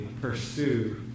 pursue